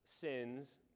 sins